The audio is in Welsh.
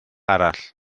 arall